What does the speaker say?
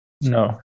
No